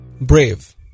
Brave